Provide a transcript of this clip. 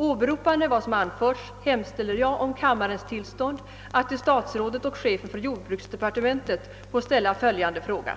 Med stöd av det anförda hemställer jag om kammarens tillstånd att till statsrådet och chefen för jordbruksdepartementet få ställa följande fråga: